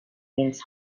means